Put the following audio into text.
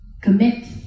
Commit